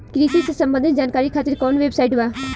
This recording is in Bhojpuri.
कृषि से संबंधित जानकारी खातिर कवन वेबसाइट बा?